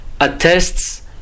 attests